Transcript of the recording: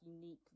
unique